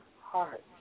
heart